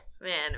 Man